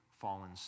fallen